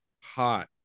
hot